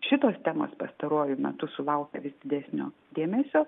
šitos temos pastaruoju metu sulaukia vis didesnio dėmesio